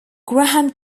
graham